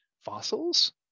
fossils